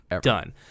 Done